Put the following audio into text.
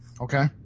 Okay